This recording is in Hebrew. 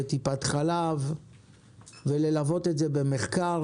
בטיפת חלב וללוות את זה במחקר,